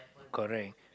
correct